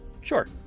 Sure